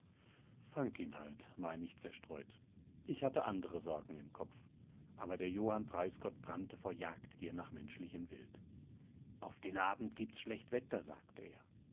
ihn halt mein ich zerstreut ich hatte andere sorgen im kopf aber der johann preisgott brannte vor jagdgier nach menschlichem wild auf den abend gib's schlecht wetter sagt er